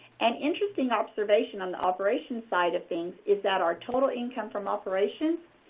an interesting observation on the operations side of things is that our total income from operations,